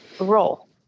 role